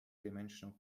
dimensional